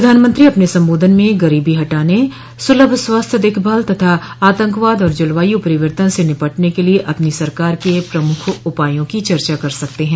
प्रधानमंत्री अपने संबोधन में गरीबी हटाने सुलभ स्वास्थ्य देखभाल तथा आतंकवाद और जलवायु परिवर्तन से निपटने के लिए अपनी सरकार के प्रमुख उपायों की चर्चा कर सकते हैं